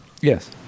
Yes